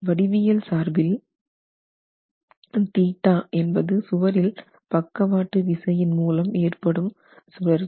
வடிவியல் சார்பில் θ என்பது சுவரில் பக்கவாட்டு விசையின் மூலம் ஏற்படும் சுழற்சி